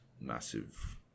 massive